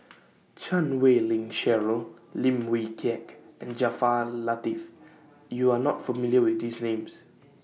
Chan Wei Ling Cheryl Lim Wee Kiak and Jaafar Latiff YOU Are not familiar with These Names